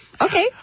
Okay